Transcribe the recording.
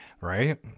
Right